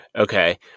Okay